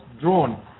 drawn